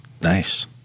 Nice